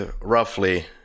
roughly